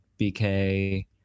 BK